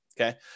Okay